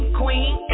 queen